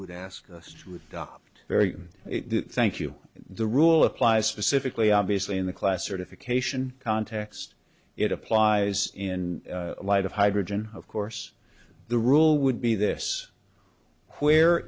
would ask us to with gov't very thank you the rule applies specifically obviously in the class certification context it applies in light of hydrogen of course the rule would be this where